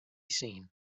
seen